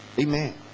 Amen